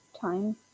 time